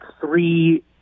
three